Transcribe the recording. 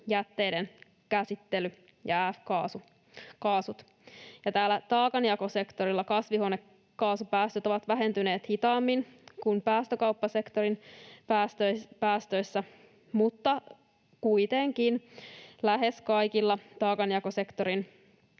jätteiden käsittely ja F-kaasut. Taakanjakosektorilla kasvihuonekaasupäästöt ovat vähentyneet hitaammin kuin päästökauppasektorin päästöissä, mutta kuitenkin lähes kaikella taakanjakosektorin